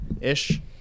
ish